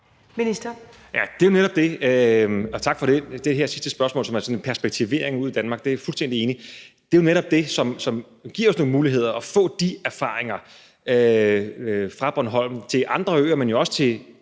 (Magnus Heunicke): Tak for det her sidste spørgsmål, som er sådan en perspektivering ud i Danmark. Det er jeg fuldstændig enig i. Det er jo netop det, som giver os nogle muligheder – at få de erfaringer fra Bornholm til andre øer, men jo også til